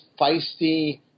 feisty